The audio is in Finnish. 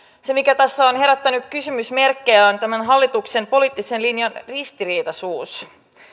se mikä tässä on herättänyt kysymysmerkkejä on tämän hallituksen poliittisen linjan ristiriitaisuus